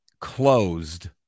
closed